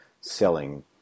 selling